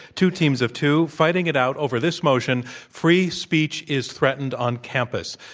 two teams of two, fighting it out over this motion free speech is threatened on campus.